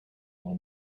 nor